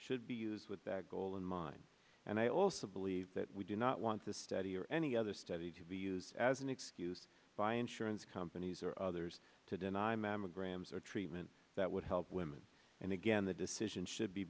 should be used with that goal in mind and i also believe that we do not want to study or any other study to be used as an excuse by insurance companies or others to deny mammograms or treatment that would help women and again the decision should be